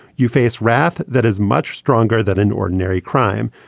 you face wrath that is much stronger than an ordinary crime.